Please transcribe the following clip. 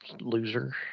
Loser